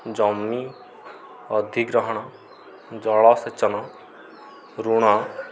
ଜମି ଅଧିଗ୍ରହଣ ଜଳ ସେଚନ ଋଣ